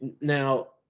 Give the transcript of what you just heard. Now